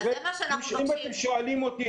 אם אתם שואלים אותי,